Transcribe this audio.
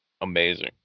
amazing